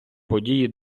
події